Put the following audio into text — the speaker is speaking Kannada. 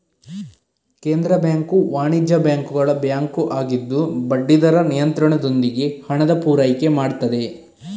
ಕೇಂದ್ರ ಬ್ಯಾಂಕು ವಾಣಿಜ್ಯ ಬ್ಯಾಂಕುಗಳ ಬ್ಯಾಂಕು ಆಗಿದ್ದು ಬಡ್ಡಿ ದರ ನಿಯಂತ್ರಣದೊಂದಿಗೆ ಹಣದ ಪೂರೈಕೆ ಮಾಡ್ತದೆ